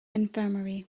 infirmary